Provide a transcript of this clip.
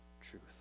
truth